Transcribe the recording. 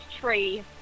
tree